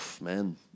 man